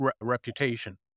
reputation